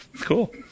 cool